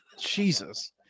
Jesus